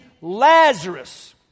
Lazarus